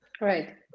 right